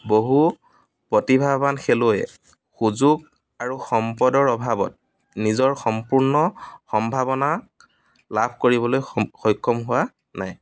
বহু প্ৰতিভাৱান খেলুৱৈয়ে সুযোগ আৰু সম্পদৰ অভাৱত নিজৰ সম্পূৰ্ণ সম্ভাৱনা লাভ কৰিবলৈ স সক্ষম হোৱা নাই